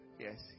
Yes